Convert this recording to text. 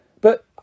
But